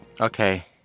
Okay